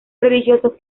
religiosos